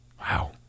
Wow